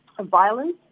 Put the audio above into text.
violence